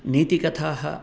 नीतिकथाः